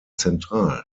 zentral